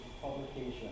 publication